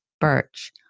Birch